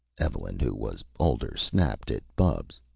evelyn, who was older, snapped at bubs.